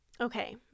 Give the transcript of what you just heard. Okay